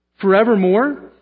forevermore